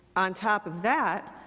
on top of that,